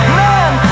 man